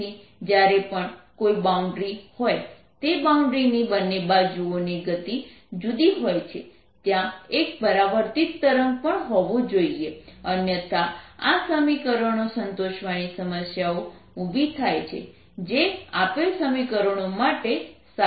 તેથી જ્યારે પણ કોઈ બાઉન્ડ્રી હોય તે બાઉન્ડ્રીની બંને બાજુઓની ગતિ જુદી હોય છે ત્યાં એક પરાવર્તિત તરંગ પણ હોવું જોઈએ અન્યથા આ સમીકરણો સંતોષવાની સમસ્યાઓ ઉભી થાય છે જે આપેલ સમીકરણો માટે સાચુ છે